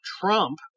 Trump